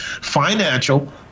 Financial